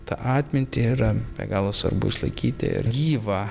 tą atmintį yra be galo svarbu išlaikyti gyvą